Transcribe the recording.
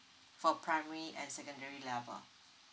for primary and secondary level